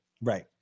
Right